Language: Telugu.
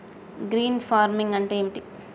గ్రీన్ ఫార్మింగ్ అంటే ఏమిటి?